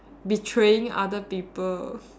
betraying other people